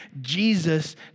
Jesus